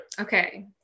Okay